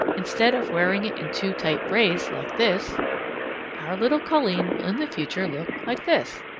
instead of wearing it in two tight braids like this our little colleen will in the future look like this